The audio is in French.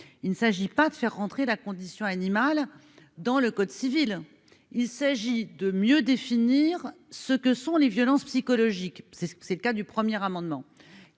il ne s'agit pas de faire rentrer la condition animale dans le code civil, il s'agit de mieux définir ce que sont les violences psychologiques, c'est ce que c'est le cas du premier amendement